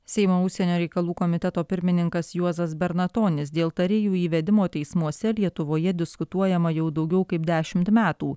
seimo užsienio reikalų komiteto pirmininkas juozas bernatonis dėl tarėjų įvedimo teismuose lietuvoje diskutuojama jau daugiau kaip dešimt metų